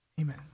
Amen